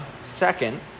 second